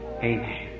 Amen